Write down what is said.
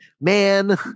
Man